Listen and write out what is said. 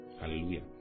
Hallelujah